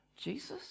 Jesus